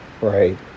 Right